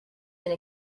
been